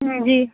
ਹਾਂਜੀ